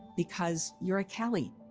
because you're a kelley.